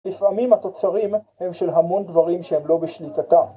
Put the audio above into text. לפעמים התוצרים הם של המון דברים שהם לא בשליטתם